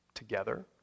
together